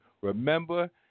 Remember